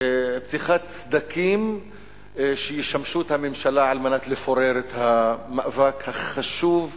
פתיחת סדקים שישמשו את הממשלה על מנת לפורר את המאבק החשוב הזה.